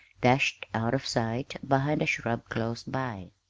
dashed out of sight behind a shrub close by.